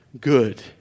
good